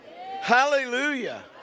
Hallelujah